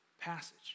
passage